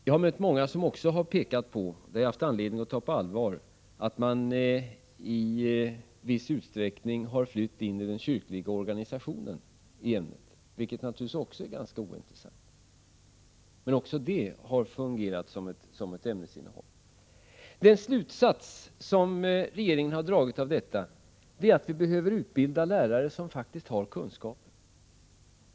Jag har mött många som har pekat på en annan sak som jag har anledning att ta på allvar, nämligen att man i viss utsträckning har flytt in i den kyrkliga organisationen, vilket naturligtvis också är ointressant. Även detta har alltså fungerat som ett ämnesinnehåll. Den slutsats som regeringen har dragit är att vi behöver utbilda lärare som faktiskt har kunskaper.